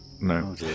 No